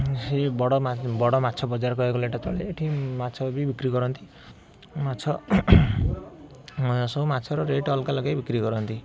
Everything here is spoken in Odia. ସେ ବଡ଼ ବଡ଼ ମାଛ ବଜାର କହିବାକୁ ଗଲେ ଏଇଟା ଚଳେ ଏଇଠି ମାଛ ବି ବିକ୍ରି କରନ୍ତି ମାଛ ସବୁ ମାଛର ରେଟ୍ ଅଲଗା ଲଗେଇ ବିକ୍ରି କରନ୍ତି